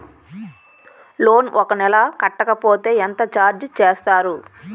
Loan ఒక నెల కట్టకపోతే ఎంత ఛార్జ్ చేస్తారు?